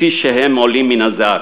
העולה ממנה.